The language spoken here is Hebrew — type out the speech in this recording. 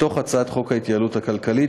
מתוך הצעת חוק ההתייעלות הכלכלית.